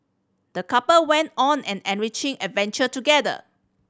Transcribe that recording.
the couple went on an enriching adventure together